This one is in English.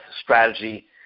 strategy